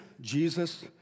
Jesus